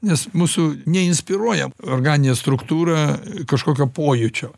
nes mūsų neinspiruoja organinė struktūra kažkokio pojūčio